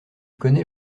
connaît